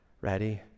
Ready